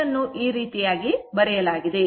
ಇದನ್ನು ಈ ರೀತಿ ಬರೆಯಲಾಗಿದೆ